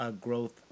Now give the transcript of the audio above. growth